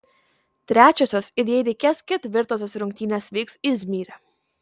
trečiosios ir jei reikės ketvirtosios rungtynės vyks izmyre